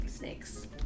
Snakes